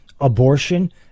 abortion